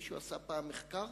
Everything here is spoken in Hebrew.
מישהו פעם עשה מחקר?